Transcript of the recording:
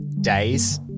days